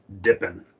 dipping